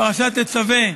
פרשת תצווה,